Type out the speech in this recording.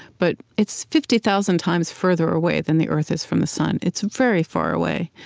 but it's fifty thousand times further away than the earth is from the sun. it's very far away.